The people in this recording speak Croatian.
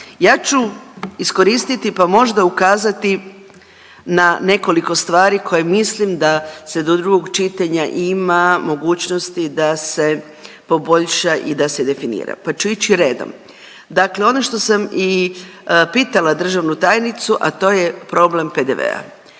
Ja ću iskoristiti pa možda ukazati na nekoliko stvari koje mislim da se do drugog čitanja ima mogućnosti da se poboljša i da se definira, pa ću ići redom. Dakle, ono što sam i pitala državnu tajnicu, a to je problem PDV-a.